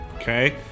Okay